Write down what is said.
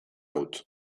huts